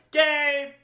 game